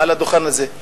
מעל הדוכן הזה,